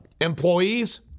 employees